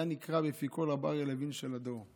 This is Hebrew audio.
הוא היה נקרא בפי כול "רב אריה לוין של הדור".